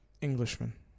Englishman